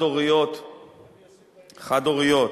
חד-הוריות